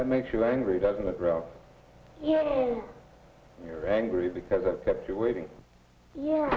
that makes you angry doesn't it route you're angry because it kept you waiting yeah